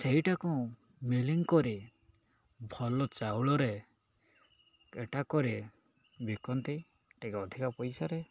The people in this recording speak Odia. ସେଇଟାକୁ ମିଲିଙ୍ଗ କରି ଭଲ ଚାଉଳରେ ଏଟା କରି ବିକନ୍ତି ଟିକେ ଅଧିକା ପଇସାରେ